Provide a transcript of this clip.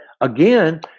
again